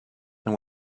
and